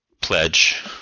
pledge